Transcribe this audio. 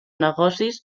negocis